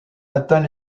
atteint